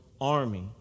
army